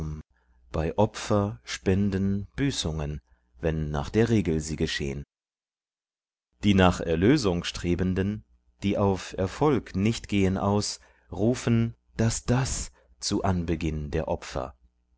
bei opfer spenden büßungen wenn nach der regel sie geschehn die nach erlösung strebenden die auf erfolg nicht gehen aus rufen das das zu anbeginn der opfer